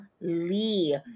Lee